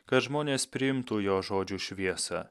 kad žmonės priimtų jo žodžių šviesą